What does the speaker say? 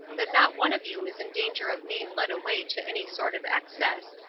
that not one of you is in danger of being led away to any sort of excess,